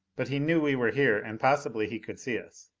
but he knew we were here and possibly he could see us.